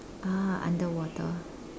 uh underwater